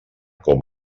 com